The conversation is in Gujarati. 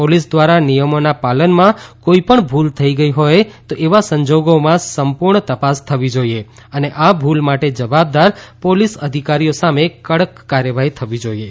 પોલીસ ધ્વારા નિયમોના પાલનમાં કોઇપણ ભુલ થઇ હોય તો એવા સંજોગોમાં સંપુર્ણ તપાસ થવી જોઇએ અને આ ભુલ માટે જવાબદાર પોલીસ અધિકારીઓ સામે કડક કાર્યવાહી થવી જોઇએ